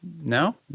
No